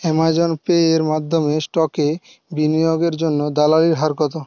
Amazon Pay এর মাধ্যমে স্টকে বিনিয়োগের জন্য দালালির হার কতো